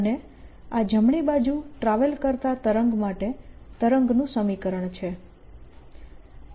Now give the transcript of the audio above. અને આ જમણી બાજુ ટ્રાવેલ કરતા તરંગ માટે તરંગનું સમીકરણ છે